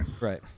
Right